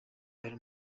hari